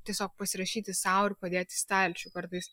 tiesiog pasirašyti sau ir padėti į stalčių kartais